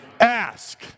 Ask